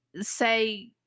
say